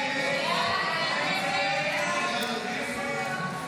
הסתייגות 1 לא נתקבלה.